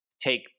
Take